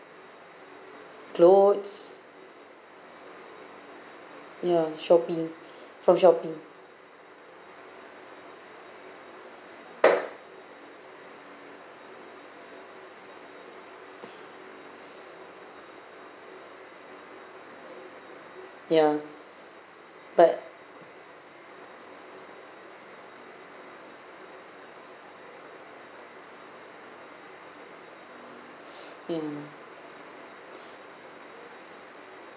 clothes ya shopee from shopee ya but mm